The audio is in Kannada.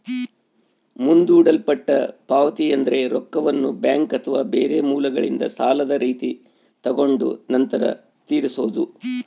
ಮುಂದೂಡಲ್ಪಟ್ಟ ಪಾವತಿಯೆಂದ್ರ ರೊಕ್ಕವನ್ನ ಬ್ಯಾಂಕ್ ಅಥವಾ ಬೇರೆ ಮೂಲಗಳಿಂದ ಸಾಲದ ರೀತಿ ತಗೊಂಡು ನಂತರ ತೀರಿಸೊದು